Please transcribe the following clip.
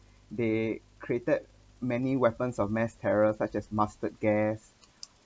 they created many weapons of mass terror such as mustard gas